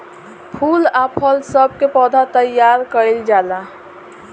फूल आ फल सब के पौधा तैयार कइल जाला